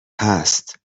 هست